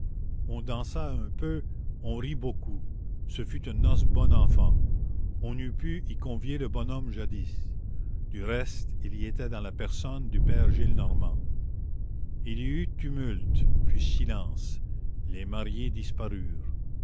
on dansa un peu on rit beaucoup ce fut une noce bonne enfant on eût pu y convier le bonhomme jadis du reste il y était dans la personne du père gillenormand il y eut tumulte puis silence les mariés